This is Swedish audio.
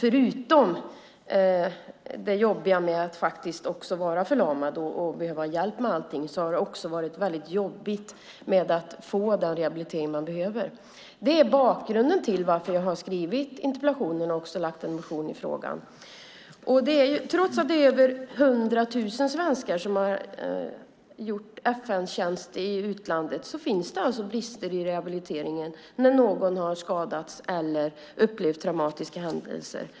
Förutom det jobbiga med att faktiskt vara förlamad och behöva hjälp med allting har det också varit väldigt jobbigt för Pontus att få den rehabilitering han behöver. Det är bakgrunden till att jag har skrivit interpellationen och också väckt en motion i frågan. Trots att det är över 100 000 svenskar som har gjort FN-tjänst i utlandet finns det alltså brister i rehabiliteringen när någon har skadats eller upplevt traumatiska händelser.